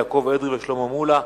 יעקב אדרי ושלמה מולה,